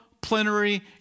plenary